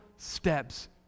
steps